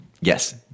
Yes